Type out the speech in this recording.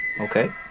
Okay